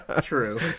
True